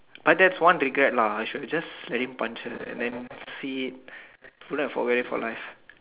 but that's one regret lah I should have just let him punch her and then see it put her away for life